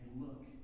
look